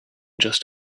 just